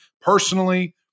personally